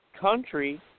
country